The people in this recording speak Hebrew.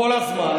כל הזמן,